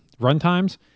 runtimes